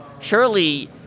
Surely